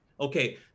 okay